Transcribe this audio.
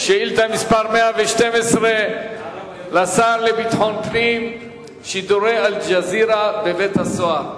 שאילתא מס' 112 לשר לביטחון פנים: שידורי "אל-ג'זירה" בבית-הסוהר.